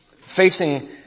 Facing